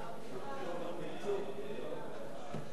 הכלכלה,